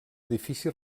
edifici